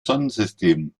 sonnensystem